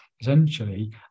essentially